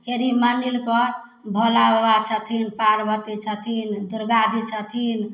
खेड़ी मन्दिरके भोलाबाबा छथिन पार्वती छथिन दुर्गाजी छथिन